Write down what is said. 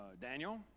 Daniel